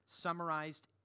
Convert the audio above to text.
summarized